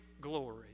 glory